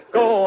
go